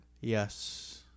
Yes